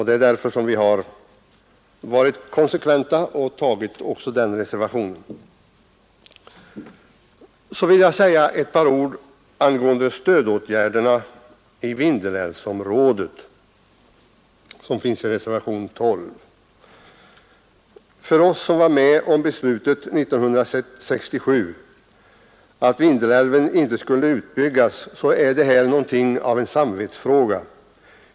Det är därför vi varit konsekventa och avgivit även denna reservation. Så vill jag säga ett par ord angående stödåtgärderna i Vindelälvsområdet, som behandlas i reservationen 12. För oss som var med om beslutet 1967 att Vindelälven inte skulle utbyggas är det här någonting av en samvetsfråga.